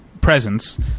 presence